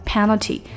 Penalty